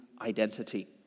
identity